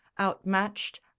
outmatched